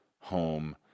home